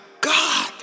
God